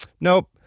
nope